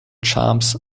charms